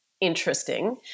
interesting